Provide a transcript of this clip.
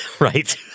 right